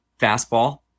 fastball